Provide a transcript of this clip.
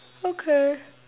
okay